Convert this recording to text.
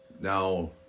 Now